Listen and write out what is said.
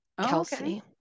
Kelsey